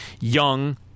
young